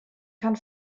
kann